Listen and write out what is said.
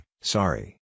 sorry